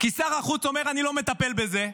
שר החוץ אומר: אני לא מטפל בזה.